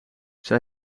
zij